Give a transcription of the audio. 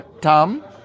Tom